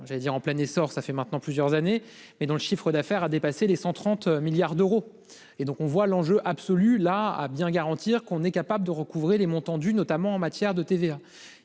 j'allais dire en plein essor. Ça fait maintenant plusieurs années, mais dans le chiffre d'affaires a dépassé les 130 milliards d'euros et donc on voit l'enjeu absolue là a bien garantir qu'on est capable de recouvrer les montants dus notamment en matière de TVA.